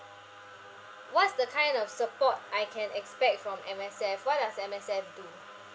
what's the kind of support I can expect from M_S_F what does M_S_F do